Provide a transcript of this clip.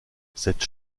cette